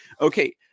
Okay